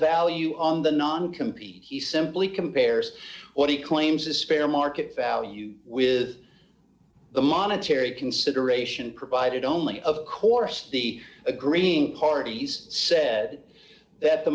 value on the non compete he simply compares what he claims is fair market value with the monetary consideration provided only of course the agreeing parties say that